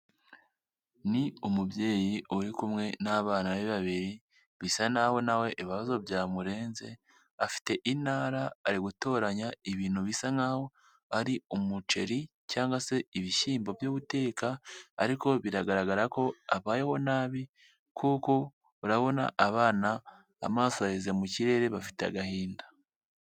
Ni umubyeyi uri kumwe n'abana be babiri, bisa n'aho na we ibibazo byamurenze, afite intara ari gutoranya ibintu bisa nk'aho ari umuceri cyangwa se ibishyimbo byo guteka ariko biragaragara ko abayeho nabi kuko urabona abana amaso yaheze mu kirere, bafite agahinda.